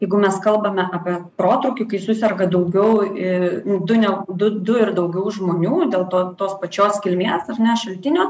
jeigu mes kalbame apie protrūkį kai suserga daugiau ir du ne du ir daugiau žmonių dėl to tos pačios kilmės ar ne šaltinio